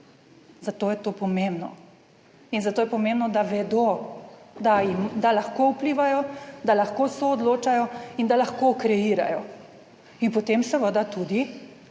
Zato je to pomembno in zato je pomembno, da vedo, da lahko vplivajo, da lahko soodločajo in da lahko kreirajo in potem seveda tudi